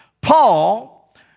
Paul